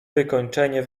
wykończenie